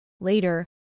Later